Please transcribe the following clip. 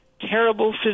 terrible